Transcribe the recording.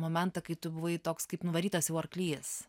momentą kai tu buvai toks kaip nuvarytas jau arklys